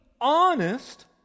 honest